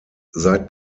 seit